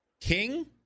king